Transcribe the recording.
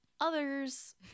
Others